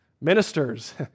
ministers